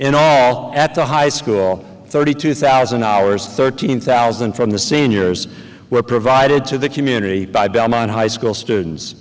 in all at the high school thirty two thousand hours thirteen thousand from the seniors were provided to the community by belmont high school students